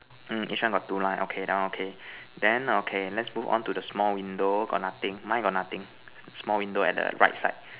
mm each one got two line okay that one okay then okay let's move on to the small window got nothing mine got nothing small window at the right side